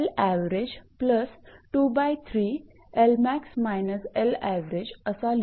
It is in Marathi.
हे इक्वेशन 68 आहे